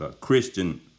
Christian